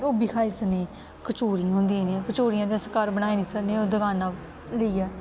ओह् बी खाई सकने कचौरियां होंदी जियां कचौरियां ते अस घर बनाई निं सकने ओह् दुकानै उप्पर जाइयै